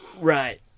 Right